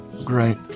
Great